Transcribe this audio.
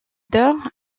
d’or